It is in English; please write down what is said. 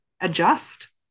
adjust